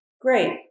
great